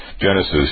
Genesis